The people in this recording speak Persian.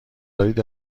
دارید